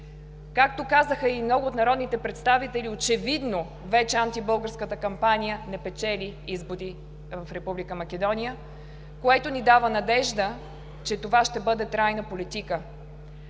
Както казаха и много от народните представители, очевидно вече антибългарската кампания не печели избори в Република Македония, което ни дава надежда, че това ще бъде трайна политика.